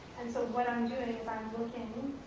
and so what i'm doing is i'm looking,